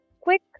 quick